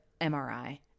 MRI